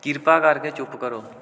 ਕਿਰਪਾ ਕਰਕੇ ਚੁੱਪ ਕਰੋ